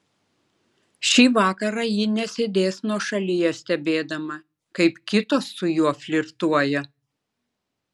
šį vakarą ji nesėdės nuošalyje stebėdama kaip kitos su juo flirtuoja